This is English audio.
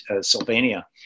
Sylvania